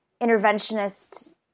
interventionist